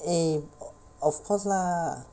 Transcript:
eh o~ of course lah